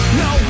no